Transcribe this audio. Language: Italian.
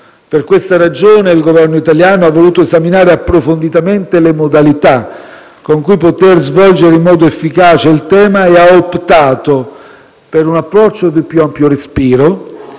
Per questa ragione, il Governo italiano ha voluto esaminare approfonditamente le modalità con cui poter svolgere in modo efficace il tema e ha optato per un approccio di più ampio respiro,